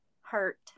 hurt